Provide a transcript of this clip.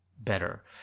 better